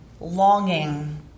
longing